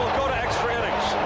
go to extra innings.